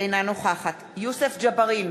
אינה נוכחת יוסף ג'בארין,